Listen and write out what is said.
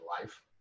life